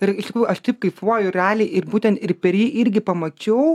ir iš tikrųjų aš taip kaifuoju realiai ir būtent ir per jį irgi pamačiau